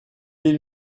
est